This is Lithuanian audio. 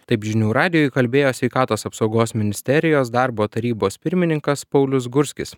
taip žinių radijui kalbėjo sveikatos apsaugos ministerijos darbo tarybos pirmininkas paulius gurskis